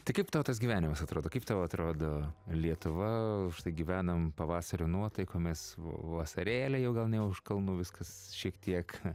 tai kaip tau tas gyvenimas atrodo kaip tau atrodo lietuva štai gyvenam pavasario nuotaikomis vasarėlė jau gal ne už kalnų viskas šiek tiek